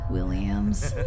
Williams